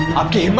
okay,